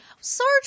Sarge